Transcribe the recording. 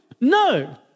No